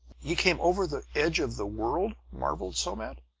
ye came over the edge of the world! marveled somat.